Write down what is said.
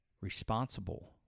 responsible